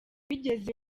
bigeze